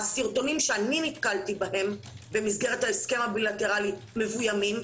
הסרטונים שאני נתקלתי בהם במסגרת ההסכם הבילטרלי מבוימים.